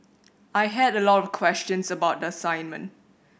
I had a lot of questions about the assignment